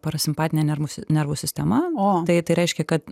parasimpatinę nervų nervų sistema tai tai reiškia kad